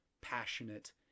passionate